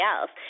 else